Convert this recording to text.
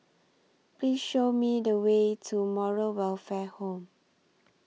Please Show Me The Way to Moral Welfare Home